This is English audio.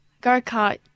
go-kart